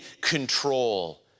control